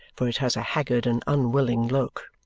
for it has a haggard and unwilling look.